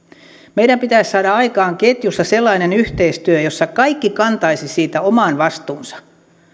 meidän pitäisi saada aikaan ketjussa sellainen yhteistyö jossa kaikki kantaisivat siitä oman vastuunsa